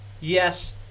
Yes